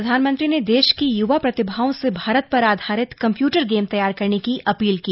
प्रधानमंत्री ने देश की युवा प्रतिभाओं से भारत पर आधारित कम्प्यूटर गेम तैयार करने की अपील की